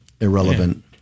Irrelevant